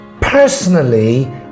personally